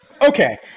Okay